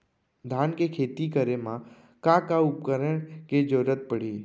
धान के खेती करे मा का का उपकरण के जरूरत पड़हि?